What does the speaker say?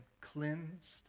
cleansed